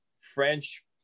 French